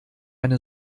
eine